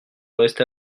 rester